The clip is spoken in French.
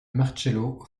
marcello